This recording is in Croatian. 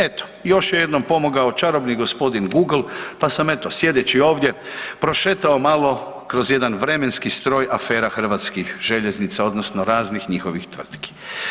Eto, još je jednom pomogao čarobni g. Google pa sam eto, sjedeći ovdje prošetao malo kroz jedan vremenski stroj afera Hrvatskih željeznica, odnosno raznih njihovih tvrtki.